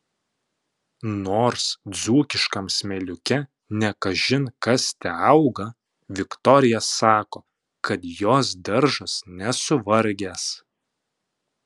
nors dzūkiškam smėliuke ne kažin kas teauga viktorija sako kad jos daržas nesuvargęs